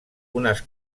unes